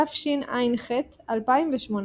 תשע"ח 2018.